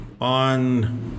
on